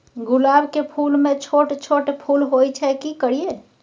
गुलाब के फूल में छोट छोट फूल होय छै की करियै?